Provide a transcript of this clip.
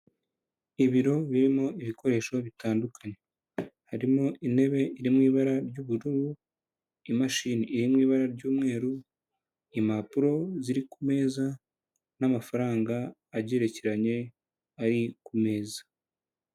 Ibiro birimo ibikoresho bitandukanye, harimo intebe iri mu ibara ry'ubururu, imashini iri mu ibara ry'umweru, impapuro ziri ku meza, n'amafaranga agerekeranye ari ku meza.